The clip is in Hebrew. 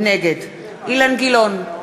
נגד אילן גילאון,